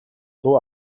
дуу